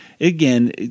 again